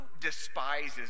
despises